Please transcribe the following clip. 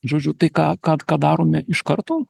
žodžiu tai ką ką ką darome iš karto